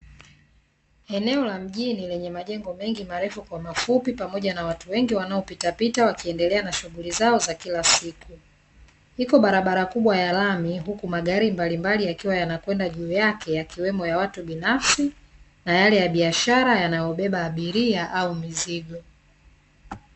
Eneo la mjini lenye majengo mengi, marefu kwa mafupi pamoja na watu wengi wanao pitapita wakiendelea na shughuli zao za kila siku. Iko barabara kubwa ya lami huku magari mbalimbali yakiwa yanakwenda juu yake yakiwemo ya watu binafsi na yale ya biashara yanayobeba abiria au mizigo.